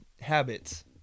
habits